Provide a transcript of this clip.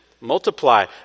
multiply